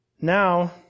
Now